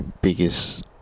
biggest